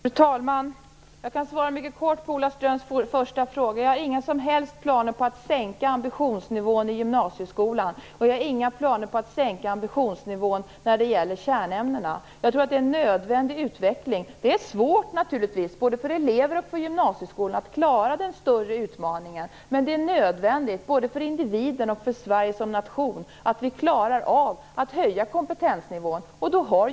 Fru talman! Jag kan svara mycket kort på Ola Ströms första fråga. Jag har inga som helst planer på att sänka ambitionsnivån i gymnasieskolan. Jag har inga planer på att sänka ambitionsnivån när det gäller kärnämnena. Jag tror att det är en nödvändig utveckling att höja kompetensnivån. Det är naturligtvis svårt både för elever och för gymnasieskolan att klara den större utmaningen, men det är nödvändigt både för individen och för Sverige som nation att vi klarar av att höja kompetensnivån.